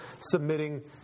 submitting